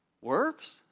Works